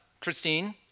Christine